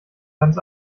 ganz